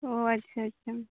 ᱚᱸᱻ ᱟᱪᱪᱷᱟ ᱟᱪᱪᱷᱟ